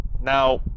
Now